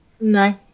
No